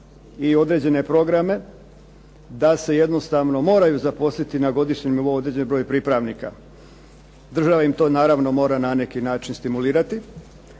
i određene programe, da se jednostavno moraju zaposliti na godišnjem nivou određeni broj pripravnika. Država im to naravno mora na neki način stimulirati,